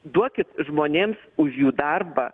duokit žmonėms už jų darbą